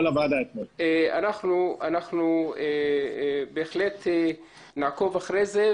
אנחנו בהחלט נעקוב אחרי זה,